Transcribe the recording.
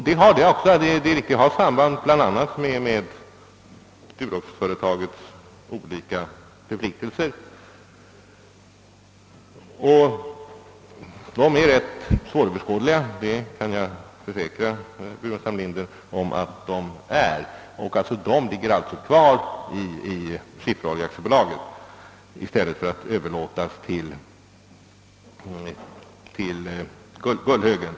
Detta har samband med bl.a. Duroxföretagens olika förpliktelser, som, det kan jag försäkra herr Burenstam Linder, är rätt svåröverskådliga. Dessa ligger alltså kvar i Skifferoljeaktiebolaget i stället för att överlåtas till Gullhögen.